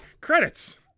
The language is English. credits